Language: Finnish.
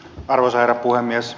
arvoisa herra puhemies